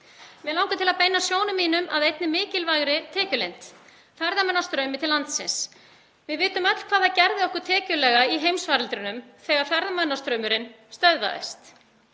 Mig langar til að beina sjónum mínum að einni mikilvægri tekjulind; ferðamannastraumi til landsins. Við vitum öll hvað það gerði okkur í tekjulegu tilliti þegar ferðamannastraumurinn stöðvaðist